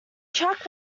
track